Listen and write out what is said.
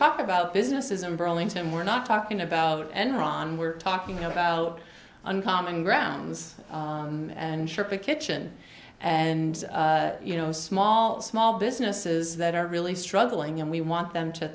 talk about businesses in burlington we're not talking about enron we're talking about uncommon grounds and sherpa kitchen and you know small small businesses that are really struggling and we want them to